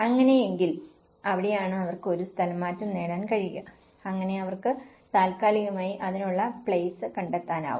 അങ്ങനെയെങ്കിൽ അവിടെയാണ് അവർക്ക് ഒരു സ്ഥലംമാറ്റം തേടാൻ കഴിയുക അങ്ങനെ അവർക്ക് താൽക്കാലികമായി അതിനുള്ള പ്ലേസ് കണ്ടെത്താനാകും